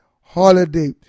holiday